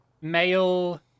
male